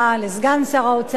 לסגן שר האוצר,